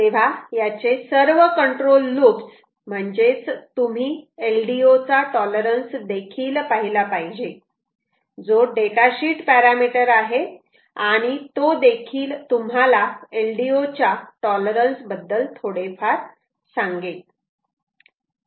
तेव्हा याचे सर्व कंट्रोल लूप्स म्हणजेच तुम्ही LDO चा टॉलरन्स देखील पाहिला पाहिजे जो डेटा शीट पॅरामिटर आहे आणि तो देखील तुम्हाला LDO च्या टॉलरन्स बद्दल थोडेफार सांगेल